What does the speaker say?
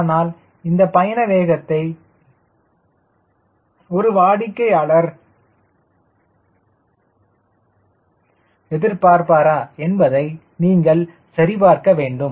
ஆனால் இந்த பயண வேகத்தை தான் ஒரு வாடிக்கையாளர் எதிர்பாரா என்பதை நீங்கள் சரிபார்க்க வேண்டும்